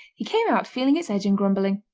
he came out feeling its edge and grumbling.